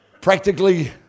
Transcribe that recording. practically